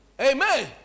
Amen